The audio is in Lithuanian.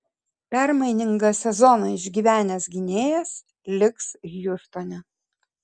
permainingą sezoną išgyvenęs gynėjas liks hjustone